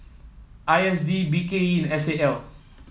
I S D B K E and S A L